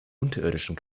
unterirdischen